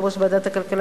יושב-ראש ועדת הכלכלה,